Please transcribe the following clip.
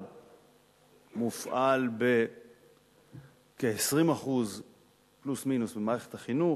ומופעל בכ-20% פלוס-מינוס במערכת החינוך.